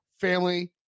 family